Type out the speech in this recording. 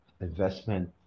investment